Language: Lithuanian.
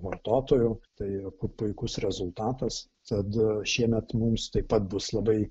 vartotojų tai pu puikus rezultatas tad šiemet mums taip pat bus labai